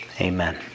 Amen